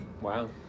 Wow